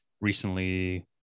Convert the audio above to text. Recently